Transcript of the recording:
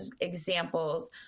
examples